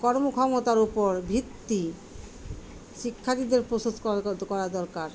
কর্মক্ষমতার উপর ভিত্তি শিক্ষার্থীদের করা দরকার